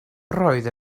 roedd